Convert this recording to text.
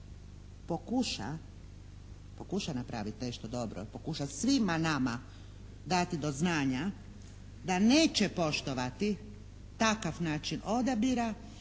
pokuša, pokuša napraviti nešto dobro. Pokuša svima nama dati do znanja da neće poštovati takav način odabira